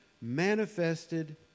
manifested